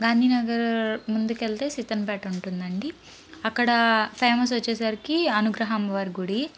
గాంధీనగర్ ముందుకెళ్తే సీతన్నపేట ఉంటుందండి అక్కడ ఫేమస్ వచ్చేసరికి అనుగ్రహ అమ్మ వారి గుడి